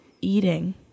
eating